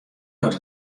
dat